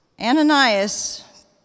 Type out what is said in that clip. Ananias